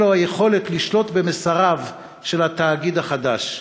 לו היכולת לשלוט במסריו של התאגיד החדש.